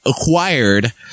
acquired